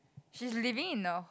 she's living in a